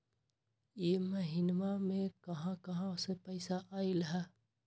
इह महिनमा मे कहा कहा से पैसा आईल ह?